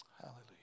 Hallelujah